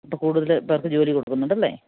അപ്പോള് കൂടുതല് പേർക്ക് ജോലി കൊടുക്കുന്നുണ്ടല്ലേ